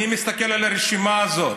אני מסתכל על הרשימה הזאת,